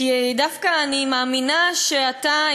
כי דווקא אני מאמינה שאתה,